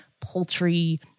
poultry